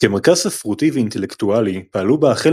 כמרכז ספרותי ואינטלקטואלי פעלו בה החל